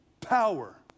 Power